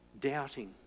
doubting